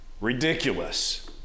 ridiculous